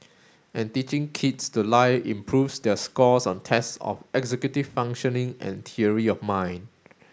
and teaching kids to lie improves their scores on tests of executive functioning and theory of mind